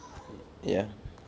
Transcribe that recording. ya